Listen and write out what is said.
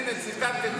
הינה, ציטטתי: